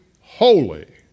holy